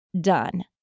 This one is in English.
done